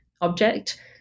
object